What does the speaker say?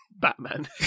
Batman